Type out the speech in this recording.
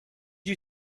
you